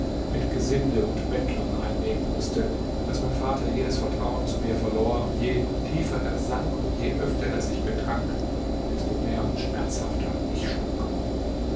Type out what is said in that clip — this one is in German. mit gesinde und bettlern einnehmen mußte daß mein vater jedes vertrauen zu mir verlor und je tiefer er sank und je öfter er sich betrank desto mehr und schmerzhafter mich schlug